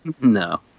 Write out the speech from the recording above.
no